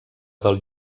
del